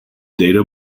data